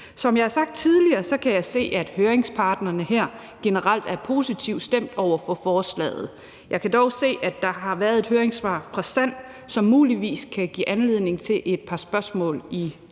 Som jeg har sagt tidligere, kan jeg se, at høringsparterne her generelt er positivt stemte over for forslaget. Jeg kan dog se, at der har været et høringssvar fra SAND, som muligvis kan give anledning til et par spørgsmål i udvalgsbehandlingen.